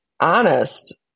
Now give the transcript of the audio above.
honest